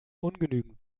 ungenügend